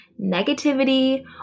negativity